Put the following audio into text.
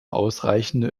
ausreichende